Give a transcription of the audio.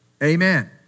Amen